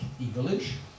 evolution